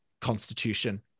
constitution